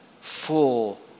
full